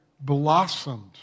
blossomed